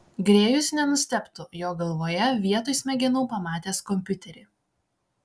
grėjus nenustebtų jo galvoje vietoj smegenų pamatęs kompiuterį